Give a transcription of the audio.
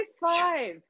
five